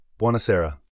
Buonasera